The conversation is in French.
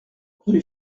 rue